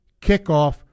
kickoff